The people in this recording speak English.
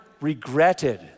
regretted